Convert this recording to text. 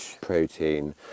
protein